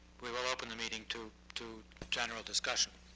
we will open the meeting to to general discussion.